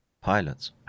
pilots